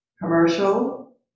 commercial